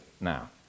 now